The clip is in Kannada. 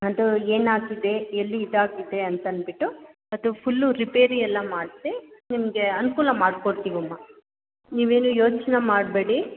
ಅದು ಏನಾಗಿದೆ ಎಲ್ಲಿ ಇದಾಗಿದೆ ಅಂತಂದ್ಬಿಟ್ಟು ಮತ್ತು ಫುಲ್ಲು ರಿಪೇರಿ ಎಲ್ಲ ಮಾಡಿಸಿ ನಿಮಗೆ ಅನುಕೂಲ ಮಾಡ್ಕೊಡ್ತಿವಿ ಅಮ್ಮ ನೀವೇನು ಯೋಚನೆ ಮಾಡಬೇಡಿ